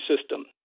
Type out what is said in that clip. system